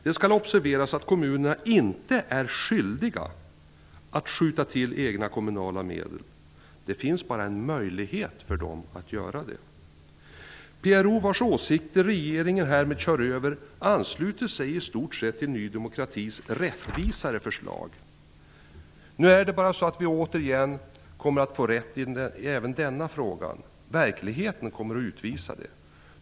Det skall observeras att kommunerna inte är skyldiga att skjuta till egna medel. Det finns bara en möjlighet för dem att göra det. PRO, vars åsikter regeringen härmed kör över, ansluter sig i stort till Ny demokratis rättvisare förslag. Nu är det bara så att vi återigen kommer att få rätt, även i denna fråga. Verkligheten kommer att utvisa detta.